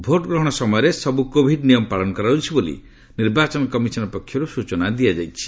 vote ଗ୍ରହଣ ସମୟରେ ସବୁ କୋଭିଡ ନିୟମ ପାଳନ କରାଯାଉଛି ବୋଲି ନିର୍ବାଚନ କମିଶନ ପକ୍ଷରୁ ସୂଚନା ଦିଆଯାଇଛି